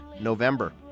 November